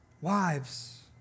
wives